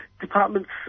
Departments